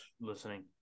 listening